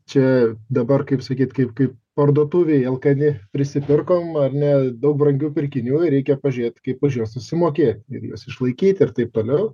čia dabar kaip sakyt kaip kaip parduotuvėj alkani prisipirkom ar ne daug brangių pirkiniųir reikia pažiūrėt kaip už juos susimokėt ir juos išlaikyt ir taip toliau